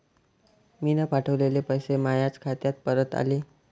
मीन पावठवलेले पैसे मायाच खात्यात परत आले